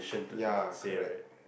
yeah correct